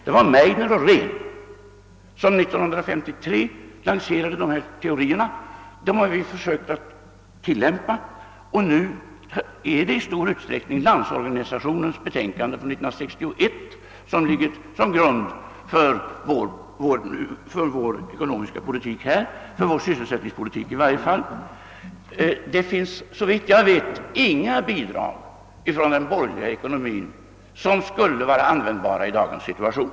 Det var Meidner och Rehn som 1953 lanserade dessa teorier, som vi har försökt tillämpa, och nu är det i stor utsträckning Landsorganisationens betänkande från 1961 som ligger till grund för vår ekonomiska politik, i varje fall för vår sysselsättningspolitik. Det finns, såvitt jag vet, inga bidrag i de borgerligas ekonomiska program som skulle vara användbara i dagens situation.